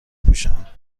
پوشن